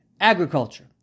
agriculture